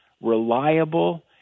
reliable